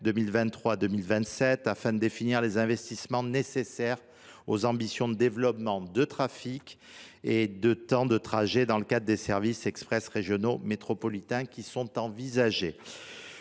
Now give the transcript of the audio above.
2023 2027, afin de définir les investissements nécessaires aux ambitions de développement de trafic et de réduction de temps de trajet dans le cadre des services express régionaux métropolitains (SERM) envisagés.